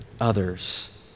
others